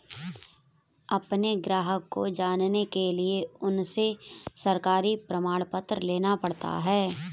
अपने ग्राहक को जानने के लिए उनसे सरकारी प्रमाण पत्र लेना पड़ता है